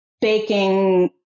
baking